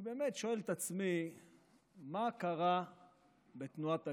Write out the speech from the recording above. אני שואל את עצמי מה קרה בתנועת הליכוד.